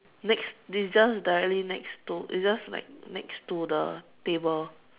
next this is just directly next to it's just like next to the table